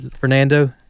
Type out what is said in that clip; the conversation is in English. Fernando